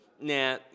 nah